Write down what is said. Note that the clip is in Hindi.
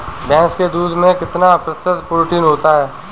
भैंस के दूध में कितना प्रतिशत प्रोटीन होता है?